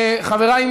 חבריי,